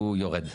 הוא יורד.